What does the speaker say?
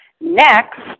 Next